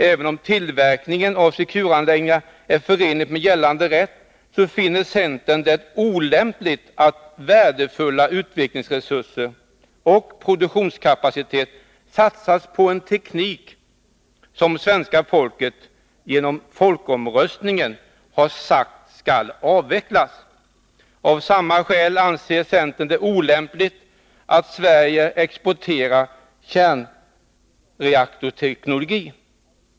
Även om tillverkning av Secureanläggningar är förenligt med gällande rätt, finner centern det olämpligt att värdefulla utvecklingsresurser och produktionskapacitet satsas på en teknik som svenska folket genom folkomröstning har sagt skall avvecklas. Av samma skäl anser centern det olämpligt att Sverige exporterar kärnreaktorsteknologi.